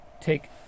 take